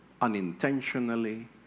unintentionally